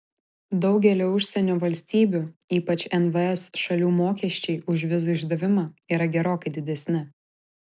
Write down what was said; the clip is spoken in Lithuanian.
daugelio užsienio valstybių ypač nvs šalių mokesčiai už vizų išdavimą yra gerokai didesni